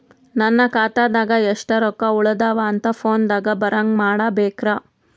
ನನ್ನ ಖಾತಾದಾಗ ಎಷ್ಟ ರೊಕ್ಕ ಉಳದಾವ ಅಂತ ಫೋನ ದಾಗ ಬರಂಗ ಮಾಡ ಬೇಕ್ರಾ?